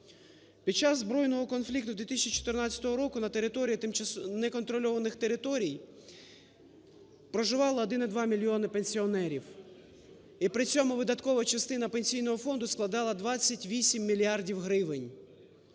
Під час збройного конфлікту 2014 року на території неконтрольованих територій проживало 1,2 мільйони пенсіонерів, і при цьому видаткова частина Пенсійного фонду складала 28 мільярдів гривень.